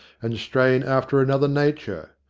and strain after another nature?